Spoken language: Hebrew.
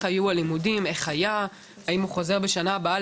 היו הלימודים והאם אחזור בשני הבאה,